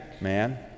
man